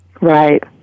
Right